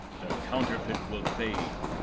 the counterfeit will fade,